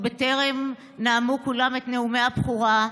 עוד בטרם נאמו כולם את נאומי הבכורה,